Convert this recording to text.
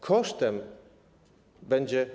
Kosztem będzie.